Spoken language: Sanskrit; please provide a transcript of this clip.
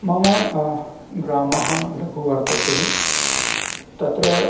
मम ग्रामः लघुः वर्तते तत्र